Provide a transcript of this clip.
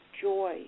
joy